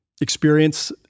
experience